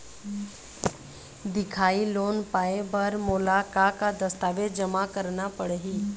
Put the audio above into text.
दिखाही लोन पाए बर मोला का का दस्तावेज जमा करना पड़ही?